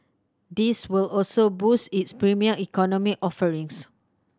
this will also boost its Premium Economy offerings